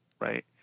Right